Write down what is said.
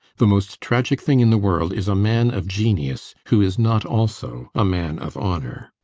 the most tragic thing in the world is a man of genius who is not also a man of honor.